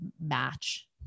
match